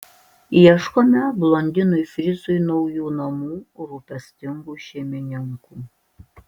ieškome blondinui frizui naujų namų rūpestingų šeimininkų